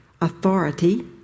authority